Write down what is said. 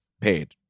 paid